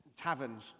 taverns